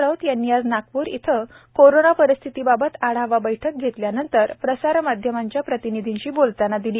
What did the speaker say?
राऊत यांनी आज नागपूर येथे करोनापरिस्थितीबाबत आढावा घेतल्यानंतर प्रसार माध्यमांच्या प्रतिनिधींशी बोलताना दिली